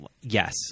yes